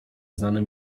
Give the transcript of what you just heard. znanym